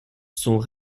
sont